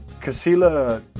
Casilla